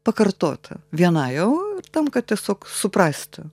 pakartoti viena jau tam kad tiesiog suprasti